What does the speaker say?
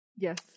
Yes